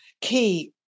key